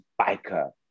biker